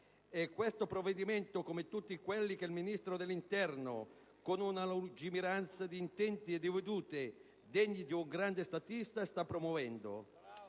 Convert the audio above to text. in esame si aggiunge a tutti quelli che il Ministro dell'interno, con una lungimiranza di intenti e di vedute degni di un grande statista, sta promuovendo.